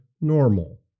normal